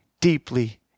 deeply